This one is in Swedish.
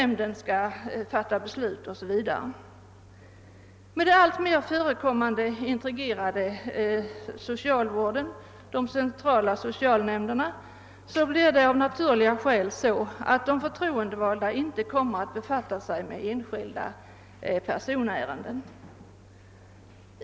Med den alltmer integrerade socialvården, de sociala centralnämnderna, kommer de förtroendevalda av naturliga skäl inte att befatta sig med enskilda personärenden.